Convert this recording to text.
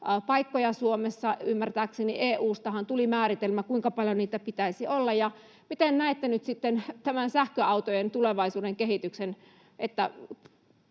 latauspaikkoja Suomessa? Ymmärtääkseni EU:stahan tuli määritelmä, kuinka paljon niitä pitäisi olla. Miten näette nyt sitten sähköautojen tulevaisuuden kehityksen: